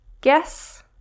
guess